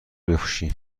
بپوشی